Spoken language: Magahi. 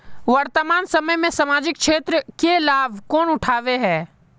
वर्तमान समय में सामाजिक क्षेत्र के लाभ कौन उठावे है?